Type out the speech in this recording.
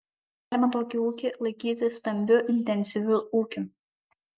ar galima tokį ūkį laikyti stambiu intensyviu ūkiu